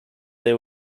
they